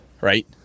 right